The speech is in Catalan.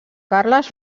carles